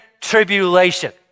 tribulation